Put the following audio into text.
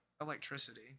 Electricity